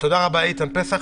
תודה רבה, איתן פסח.